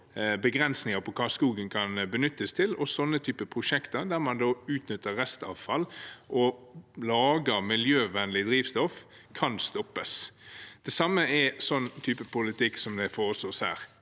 begrensninger på hva skogen kan benyttes til, og slike prosjekter, der man utnytter restavfall og lager miljøvennlig drivstoff, kan stoppes. Det samme gjelder den typen politikk som foreslås her.